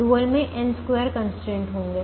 dual में n2 constraint होंगे